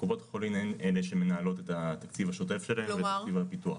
קופות החולים הן אלה שמנהלות את התקציב השוטף שלהם ותקציב הפיתוח.